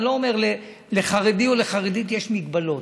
אני לא אומר, לחרדי או לחרדית יש מגבלות.